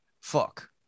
fuck